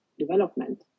development